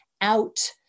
out